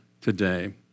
today